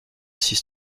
six